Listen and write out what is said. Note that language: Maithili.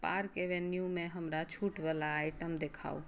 पार्क एवेन्यूमे हमरा छूटवला आइटम देखाउ